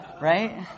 right